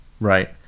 right